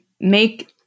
make